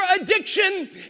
addiction